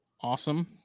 awesome